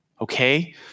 Okay